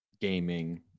gaming